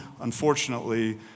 unfortunately